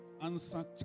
answer